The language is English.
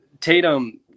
Tatum